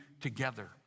together